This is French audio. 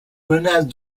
menace